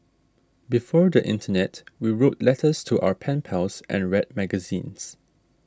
before the internet we wrote letters to our pen pals and read magazines